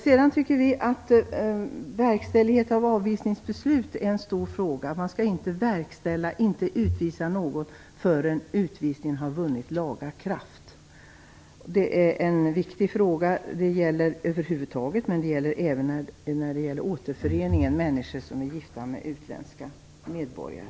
Sedan tycker vi att frågan om verkställighet av avvisningsbeslut är stor. Man skall inte verkställa förrän utvisningen har vunnit laga kraft. Det är en viktig fråga. Det gäller över huvud taget, även vid återföreningen i fråga om människor som är gifta med utländska medborgare.